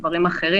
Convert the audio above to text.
בדברים אחרים,